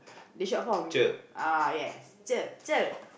the short form ah yes Cher Cher